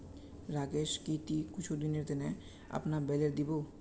राकेश की ती कुछू दिनेर त न अपनार बेलर दी बो